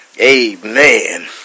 Amen